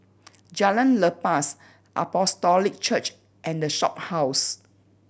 Jalan Lepas Apostolic Church and The Shophouse